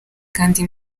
kandi